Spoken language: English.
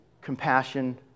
compassion